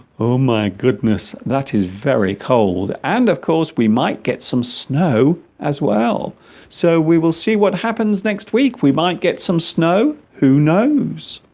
oh my goodness that is very cold and of course we might get some snow as well so we will see what happens next week we might get some snow who knows